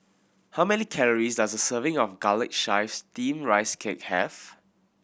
how many calories does a serving of Garlic Chives Steamed Rice Cake have